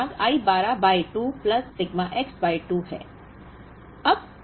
अब यह भाग I 12 by 2 plus sigma X by 2 है